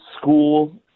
school